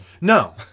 No